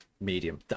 medium